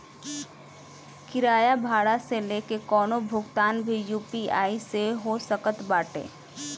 किराया भाड़ा से लेके कवनो भुगतान भी यू.पी.आई से हो सकत बाटे